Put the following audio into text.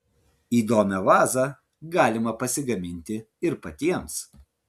įdomią vazą galima pasigaminti ir patiems